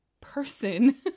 person